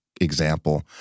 example